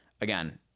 again